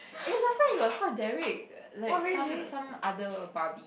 eh last time he was called Derrick like some some other Barbie